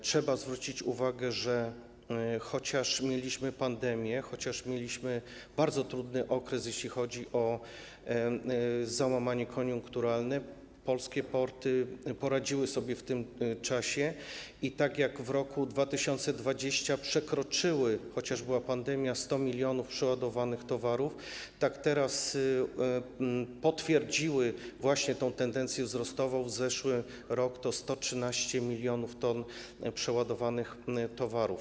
Trzeba zwrócić uwagę, że chociaż mieliśmy pandemię, chociaż mieliśmy bardzo trudny okres, jeśli chodzi o załamanie koniunkturalne, polskie porty poradziły sobie w tym czasie i tak jak w roku 2020, chociaż była pandemia, przekroczyły 100 mln przeładowanych towarów, tak teraz potwierdziły właśnie tę tendencję wzrostową - zeszły rok to 113 mln t przeładowanych towarów.